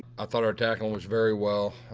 i thought our tackle was very well.